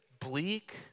bleak